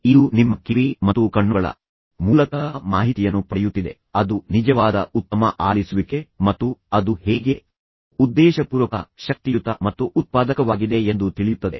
ಇದು ನಿಮ್ಮ ಕಿವಿ ಮತ್ತು ಕಣ್ಣುಗಳ ಮೂಲಕ ಮಾಹಿತಿಯನ್ನು ಪಡೆಯುತ್ತಿದೆ ಅದು ನಿಜವಾದ ಉತ್ತಮ ಆಲಿಸುವಿಕೆ ಮತ್ತು ಉತ್ತಮ ಆಲಿಸುವಿಕೆಯು ಸಕ್ರಿಯ ಸಂಯೋಜಿತ ಸಂವಹನ ಕೌಶಲ್ಯವಾಗಿದ್ದು ಅದು ಶಕ್ತಿಯನ್ನು ಬೇಡುತ್ತದೆ ಮತ್ತು ಅದು ಹೇಗೆ ಉದ್ದೇಶಪೂರ್ವಕ ಶಕ್ತಿಯುತ ಮತ್ತು ಉತ್ಪಾದಕವಾಗಿದೆ ಎಂದು ತಿಳಿಯುತ್ತದೆ